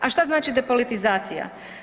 A šta znači depolitizacija?